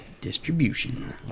Distribution